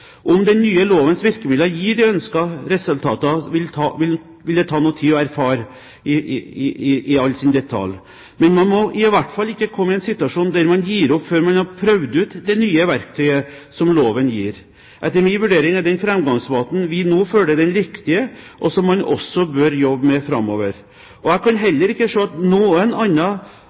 Om den nye lovens virkemidler gir de ønskede resultater, vil det ta noe tid å erfare i alle detaljer. Men man må i hvert fall ikke komme i en situasjon der man gir opp før man har prøvd ut det nye verktøyet som loven gir. Etter min vurdering er den framgangsmåten vi nå følger, den riktige, og som man også bør jobbe med framover. Jeg kan heller ikke se at noen